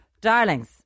Darlings